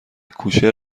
کوشر